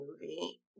movie